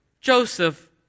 Joseph